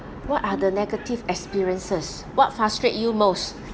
what are the negative experiences what frustrate you most